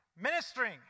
Ministering